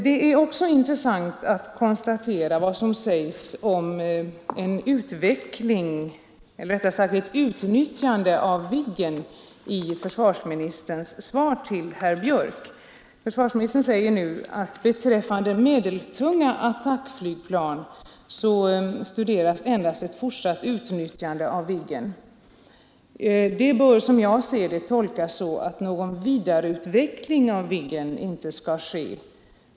Det är också intressant att konstatera vad som sägs om ett utnyttjande av Viggen i försvarsministerns svar till herr Björck. Försvarsministern säger nu att beträffande medeltunga attackflygplan studeras endast ett fortsatt utnyttjande av Viggen. Detta bör, som jag ser det, tolkas så att någon vidareutveckling av Viggen inte skall ske.